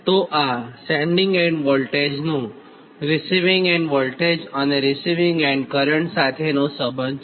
તો આ sending end વોલ્ટેજનું રીસિવીંગ એન્ડ વોલ્ટેજ અને રીસિવીંગ એન્ડ કરંટ સાથેનો સંબંધ છે